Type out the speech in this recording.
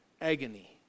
agony